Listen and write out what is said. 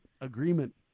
agreement